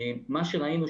מה שראינו,